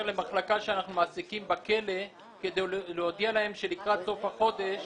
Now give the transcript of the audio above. למחלקה שאנחנו מעסיקים בכלא כדי להודיע להם שלקראת סוף חודש